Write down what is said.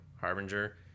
Harbinger